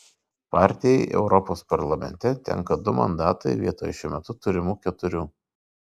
partijai europos parlamente tenka du mandatai vietoj šiuo metu turimų keturių